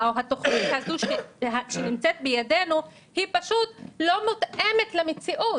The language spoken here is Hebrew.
התוכנית הזו שנמצאת בידינו פשוט לא מותאמת למציאות.